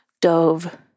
dove